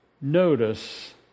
Notice